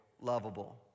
lovable